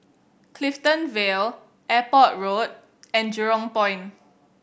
Clifton Vale Airport Road and Jurong Point